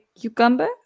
Cucumber